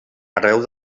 arreu